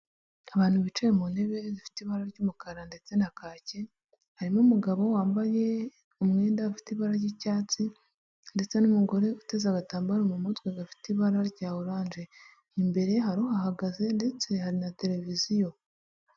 Abantu bicaye mu ntebe zifite ibara ry'umukara ndetse na kake harimo umugabo wambaye umwenda ufite ibara ry'icyatsi ndetse n'umugore uteze agatambaro mu mutwe gafite ibara rya orange imbere hari uhahagaze ndetse hari na televiziyo .